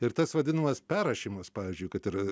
ir tas vadinamas perrašymas pavyzdžiui kad ir